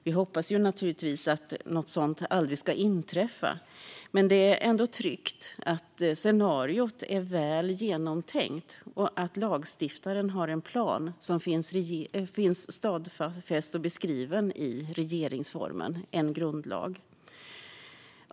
Vi hoppas naturligtvis att något sådan aldrig ska inträffa, men det är ändå tryggt att scenariot är väl genomtänkt och att lagstiftaren har en plan som finns stadfäst och beskriven i regeringsformen, en grundlag.